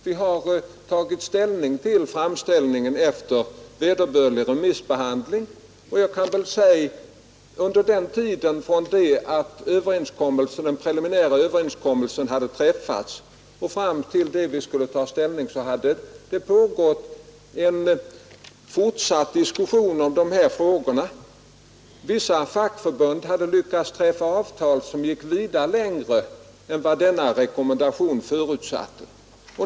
Vi har tagit ställning till framställningen efter vederbörlig remissbehandling. Under tiden från det att den preliminära överenskommelsen hade träffats fram till det att vi skulle ta ställning hade det pågått en fortsatt diskussion om de här frågorna. Vissa fackförbund hade lyckats träffa avtal som gick vida längre än vad denna rekommendation förutsatte.